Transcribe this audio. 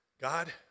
God